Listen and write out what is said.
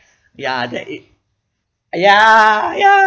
ya that it ah ya ya